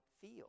feel